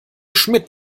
schmidt